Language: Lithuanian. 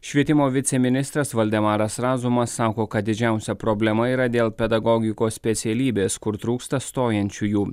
švietimo viceministras valdemaras razumas sako kad didžiausia problema yra dėl pedagogikos specialybės kur trūksta stojančiųjų